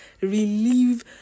relieve